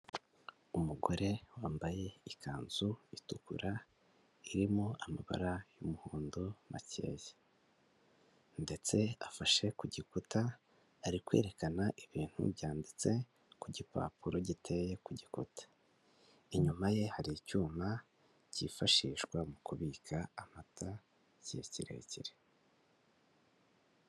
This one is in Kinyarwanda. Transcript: Umugore wambaye ikanzu itukura irimo amabara y'umuhondo makeya. Ndetse afashe ku gikuta ari kwerekana ibintu byanditse ku gipapuro giteye ku gikuta inyuma ye hari icyuma cyifashishwa mu kubika amata igihe kirekire.